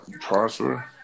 prosper